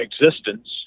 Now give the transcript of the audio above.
existence